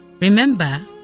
remember